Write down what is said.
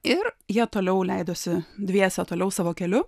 ir jie toliau leidosi dviese toliau savo keliu